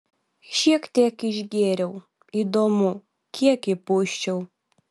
šiek tiek išgėriau įdomu kiek įpūsčiau